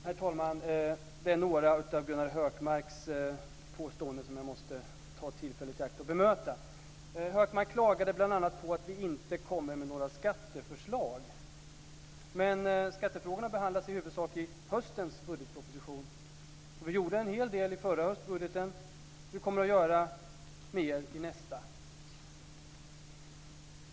Herr talman! Det är några av Gunnar Hökmarks påståenden som jag måste ta tillfället i akt att bemöta. Hökmark klagade bl.a. på att vi inte kommer med några skatteförslag. Skattefrågorna behandlas i huvudsak i höstens budgetproposition. Vi gjorde en hel del i förra höstbudgeten. Vi kommer att göra mer i nästa.